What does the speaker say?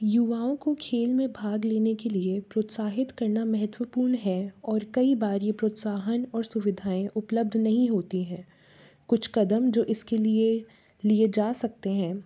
युवाओं को खेल में भाग लेने के लिए प्रोत्साहित करना महत्वपूर्ण है और कई बार ये प्रोत्साहन और सुविधाएँ उपलब्ध नहीं होती है कुछ क़दम जो इसके लिए लिए जा सकते हैं